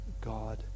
God